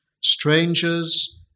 strangers